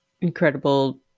incredible